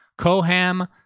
Koham